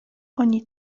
oni